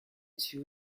dessus